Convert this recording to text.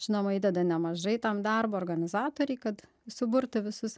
žinoma įdeda nemažai ten darbo organizatoriai kad suburti visus